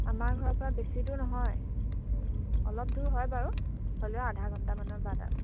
আমাৰ ঘৰৰ পৰা বেছি দূৰ নহয় অলপ দূৰ হয় বাৰু হ'লেও আধা ঘণ্টামানৰ বাট আৰু